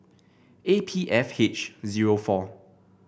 A P F H zero four